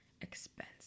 expense